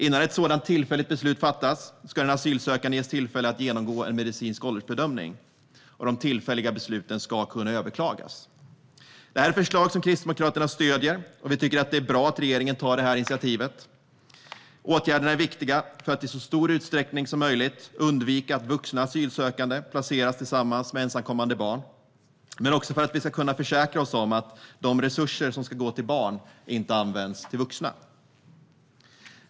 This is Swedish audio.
Innan ett sådant tillfälligt beslut fattas ska den asylsökande ges tillfälle att genomgå en medicinsk åldersbedömning. De tillfälliga besluten ska kunna överklagas. Kristdemokraterna stöder dessa förslag. Vi tycker att det är bra att regeringen tar detta initiativ. Åtgärderna är viktiga för att i så stor utsträckning som möjligt undvika att vuxna asylsökande placeras tillsammans med ensamkommande barn men också för att vi ska kunna försäkra oss om att de resurser som ska gå till barn inte används till vuxna.